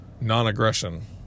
non-aggression